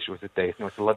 šiuose teisiniuose labi